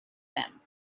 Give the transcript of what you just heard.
them